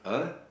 !huh!